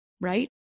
right